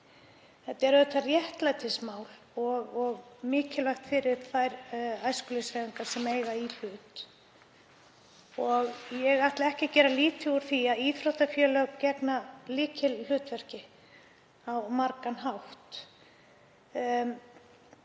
Þetta er réttlætismál og mikilvægt fyrir þær æskulýðshreyfingar sem eiga í hlut. Ég ætla ekki að gera lítið úr því að íþróttafélög gegna lykilhlutverki á margan hátt,